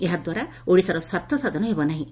ଏହାଦ୍ୱାରା ଓଡ଼ିଶାର ସ୍ୱାର୍ଥ ସାଧନ ହେବ ନାହିଁ